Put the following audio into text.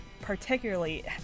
particularly